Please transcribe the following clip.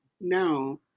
No